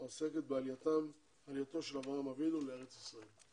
העוסקת בעלייתו של אברהם אבינו לארץ ישראל.